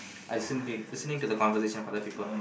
I'll listening listening to the conversation of other people